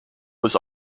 was